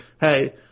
hey